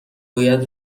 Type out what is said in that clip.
باید